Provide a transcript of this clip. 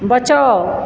बचाउ